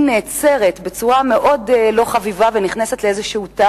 היא נעצרת בצורה מאוד לא חביבה ונכנסת לאיזה תא